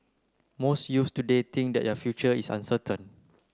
most youths today think that their future is uncertain